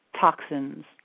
toxins